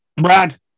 Brad